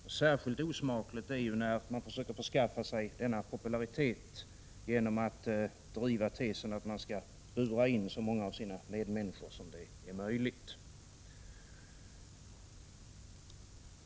1986/87:74 det när man försöker förskaffa sig denna popularitet genom att driva tesen att — 18 februari 1987 man skall bura in så många av sina medmänniskor som det är möjligt.